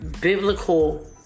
biblical